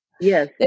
Yes